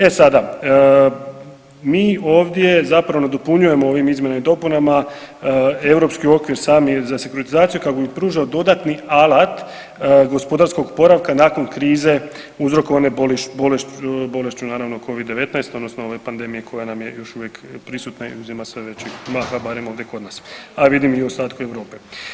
E sada, mi ovdje zapravo nadopunjujemo ovim izmjenama i dopunama europski okvir sami za sekuritizaciju kako bi pružili dodatni alat gospodarskog oporavka nakon krize uzrokovane bolešću naravno Covid-19 odnosno ove pandemije koja nam je još uvijek prisutna i uzima sve većeg maha barem ovdje kod nas, a vidim i u ostatku Europe.